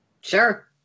Sure